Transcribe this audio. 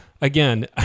again